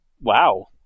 Wow